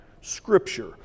Scripture